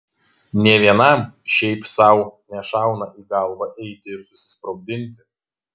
nė vienam šiaip sau nešauna į galvą eiti ir susisprogdinti